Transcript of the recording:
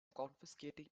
confiscating